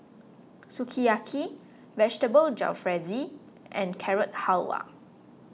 Sukiyaki Vegetable Jalfrezi and Carrot Halwa